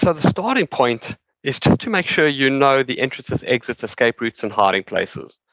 so the starting point is to to make sure you know the entrances, exits, escape routes, and hiding places.